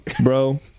bro